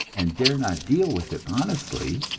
and dare not deal with it honestly,